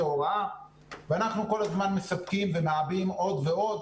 הוראה ואנחנו כל הזמן מספקים ומעבים עוד ועוד,